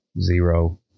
Zero